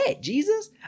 Jesus